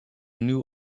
new